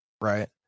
right